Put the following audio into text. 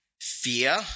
fear